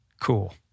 Cool